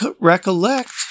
Recollect